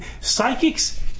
Psychics